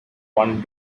one